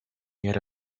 yer